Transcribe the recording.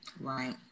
right